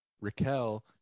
Raquel